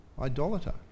idolater